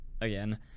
again